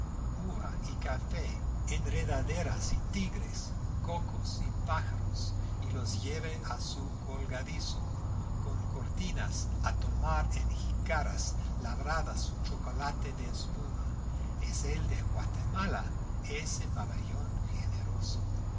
uva y café enredaderas y tigres cocos y pájaros y los lleva a su colgadizo con cortinas a tomar en jícaras labradas su chocolate de espuma es el de guatemala ese pabellón generoso